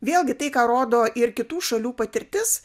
vėlgi tai ką rodo ir kitų šalių patirtis